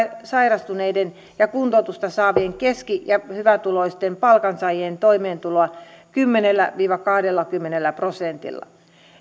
sairastuneiden ja kuntoutusta saavien keski ja hyvätuloisten palkansaajien toimeentuloa kymmenellä viiva kahdellakymmenellä prosentilla